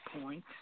point